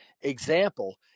example